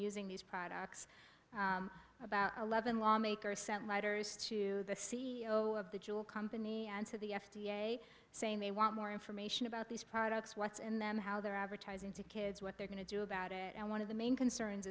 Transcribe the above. using these products about eleven lawmakers sent letters to the c e o of the jewel company to the f d a saying they want more information about these products what's in them how they're advertising to kids what they're going to do about it and one of the main concerns